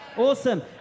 Awesome